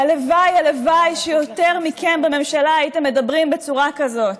הלוואי הלוואי שיותר מכם בממשלה הייתם מדברים בצורה כזאת,